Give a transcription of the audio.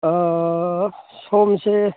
ꯁꯣꯝꯁꯦ